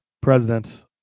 president